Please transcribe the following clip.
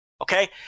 okay